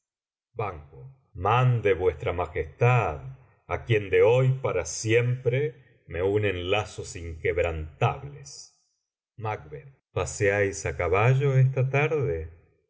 macb mande vuestra majestad á quien de hoy para siempre me unen lazos inquebrantables paseáis á caballo esta tarde